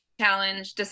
challenge